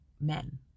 men